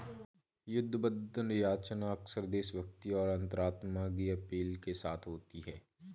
युद्ध बंधन याचना अक्सर देशभक्ति और अंतरात्मा की अपील के साथ होती है